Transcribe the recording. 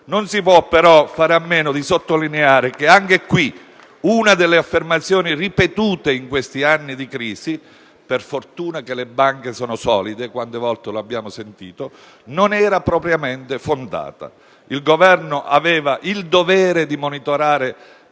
Non si può, però, fare a meno di sottolineare che anche qui una delle affermazioni ripetute in questi anni di crisi, «Per fortuna che le banche sono solide» (l'abbiamo sentita tante volte), non era propriamente fondata. Il Governo aveva il dovere di monitorare